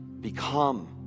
become